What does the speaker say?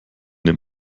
dem